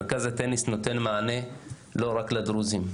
מרכז הטניס נותן מענה לא רק לדרוזים,